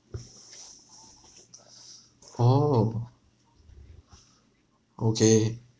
oh okay